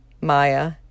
Maya